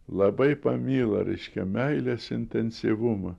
labai pamilo reiškia meilės intensyvumą